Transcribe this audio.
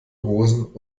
rosen